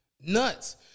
nuts